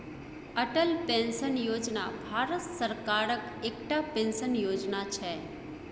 Atal pension योजना भारत सरकारक एकटा पेंशन योजना छै